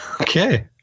Okay